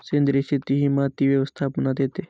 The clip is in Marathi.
सेंद्रिय शेती ही माती व्यवस्थापनात येते